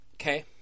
Okay